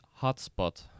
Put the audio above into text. hotspot